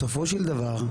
בסופו של דבר,